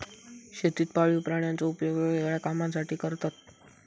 शेतीत पाळीव प्राण्यांचो उपयोग वेगवेगळ्या कामांसाठी करतत